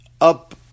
up